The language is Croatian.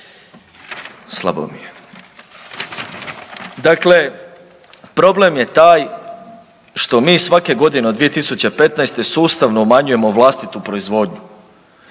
Slabo mi je. Dakle, problem je taj što mi svake godine od 2015. sustavno umanjujemo vlastitu proizvodnju.